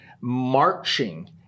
marching